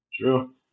True